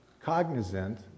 cognizant